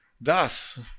Thus